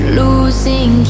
losing